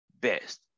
best